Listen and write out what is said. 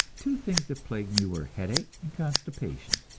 two things that plagued me were headache and constipation,